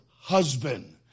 husband